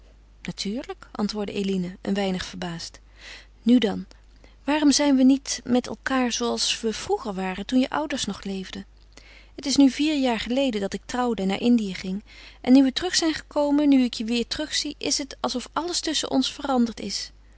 natuurlijk antwoordde eline een weinig verbaasd nu dan waarom zijn we niet met elkaâr zooals we vroeger waren toen je ouders nog leefden het is nu vier jaar geleden dat ik trouwde en naar indië ging en nu we terug zijn gekomen nu ik je weêr terug zie is het of alles tusschen ons veranderd is